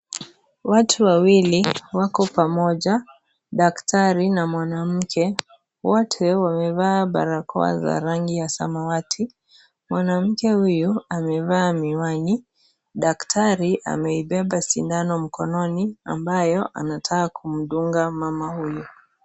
Watu wawili wako pamoja, daktari, na mwanamke, wote wamevaa barakoa za rangi ya samawati, mwanamke huyu, amevaa miwani, daktari ameibeba sindano mkononi, ambayo, anataka kumdunga mama huyu.